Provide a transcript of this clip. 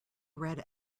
red